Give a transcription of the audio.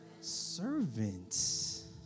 Servants